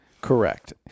Correct